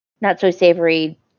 not-so-savory